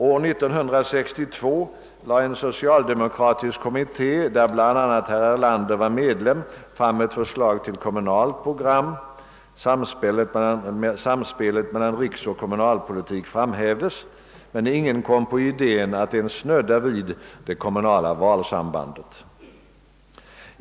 År 1962 lade en socialdemokratisk kommitté, i vilken bl.a. herr Erlander var medlem, fram ett förslag till kommunalt program, vari samspelet mellan riksoch kommunalpolitik framhävdes. Men ingen kom på idén att ens snudda vid det kommunala valsambandet.